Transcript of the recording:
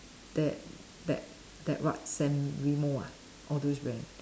that that that what San Remo ah all those brand